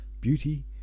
beauty